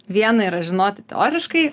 viena yra žinoti teoriškai